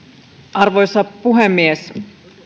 arvoisa puhemies